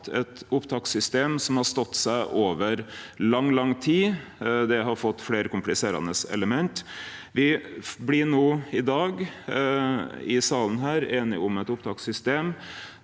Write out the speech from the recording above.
eit opptakssystem som har stått seg over lang tid. Det har fått fleire kompliserande element. Me blir i salen i dag einige om eit opptakssystem